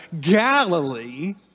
Galilee